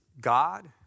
God